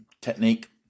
Technique